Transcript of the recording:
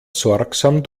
sorgsam